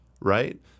right